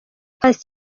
patient